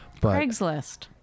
Craigslist